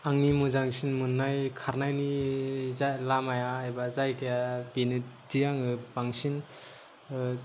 आंनि मोजांसिन मोननाय खारनायनि लामाया एबा जायगाया बेनो दि आङो बांसिन